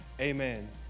Amen